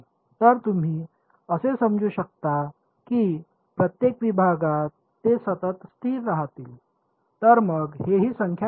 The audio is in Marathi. तर तुम्ही असे समजू शकता की प्रत्येक विभागात ते सतत स्थिर राहतील तर मग हेही संख्या बनतात